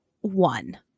one